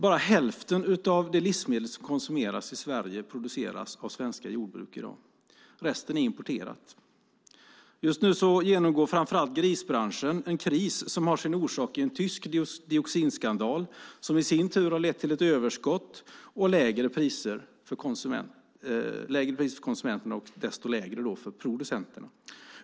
Bara hälften av de livsmedel som konsumeras i Sverige i dag produceras av svenska jordbruk - resten är importerat. Just nu genomgår framför allt grisbranschen en kris som har sin orsak i en tysk dioxinskandal, som i sin tur har lett till ett överskott och lägre priser för konsumenterna och desto lägre för producenterna.